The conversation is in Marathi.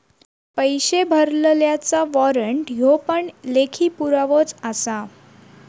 पैशे भरलल्याचा वाॅरंट ह्यो पण लेखी पुरावोच आसा